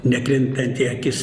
nekrintanti į akis